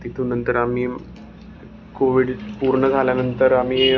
तिथून नंतर आम्ही कोविड पूर्ण झाल्यानंतर आम्ही